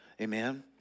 Amen